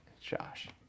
Josh